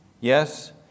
Yes